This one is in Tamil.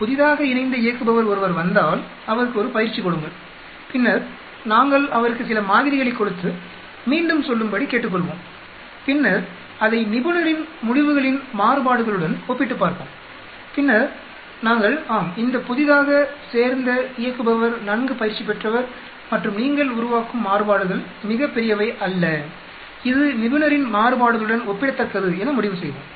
புதிதாக இணைந்த இயக்குபவர் ஒருவர் வந்தால் அவருக்கு ஒரு பயிற்சி கொடுங்கள் பின்னர் நாங்கள் அவருக்கு சில மாதிரிகளைக் கொடுத்து மீண்டும் சொல்லும்படி கேட்டுக்கொள்வோம் பின்னர் அதை நிபுணரின் முடிவுகளின் மாறுபாடுகளுடன் ஒப்பிட்டுப் பார்ப்போம் பின்னர் நாங்கள் ஆம் இந்த புதிதாக சேர்ந்த இயக்குபவர் நன்கு பயிற்சி பெற்றவர் மற்றும் நீங்கள் உருவாக்கும் மாறுபாடுகள் மிகப் பெரியவை அல்ல இது நிபுணரின் மாறுபாடுகளுடன் ஒப்பிடத்தக்கது என முடிவு செய்வோம்